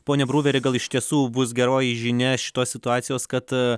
pone bruveri gal iš tiesų bus geroji žinia šitos situacijos kad